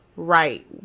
right